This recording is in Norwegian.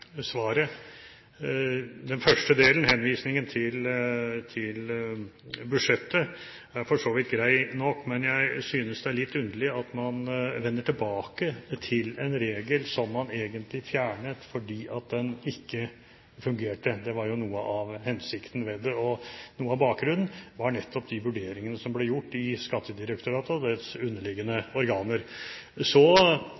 synes det er litt underlig at man vender tilbake til en regel som man egentlig fjernet fordi den ikke fungerte – det var jo noe av hensikten med det. Noe av bakgrunnen var nettopp de vurderingene som ble gjort i Skattedirektoratet og dets underliggende